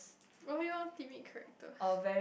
only want T_V characters